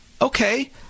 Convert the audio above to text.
Okay